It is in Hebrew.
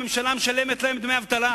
הממשלה משלמת להם דמי אבטלה,